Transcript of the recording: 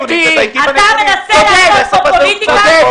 קטי --- אתה מנסה לעשות פה פוליטיקה,